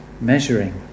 measuring